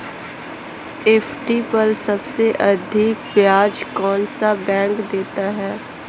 FD पर सबसे अधिक ब्याज कौन सा बैंक देता है?